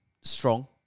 strong